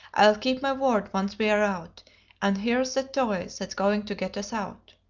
i'll keep my word once we are out and here's the toy that's going to get us out.